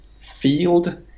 field